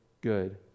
good